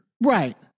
Right